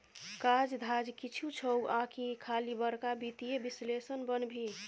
काज धाज किछु छौ आकि खाली बड़का वित्तीय विश्लेषक बनभी